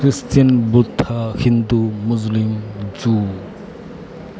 Christian Buddha Hindu Muslim juice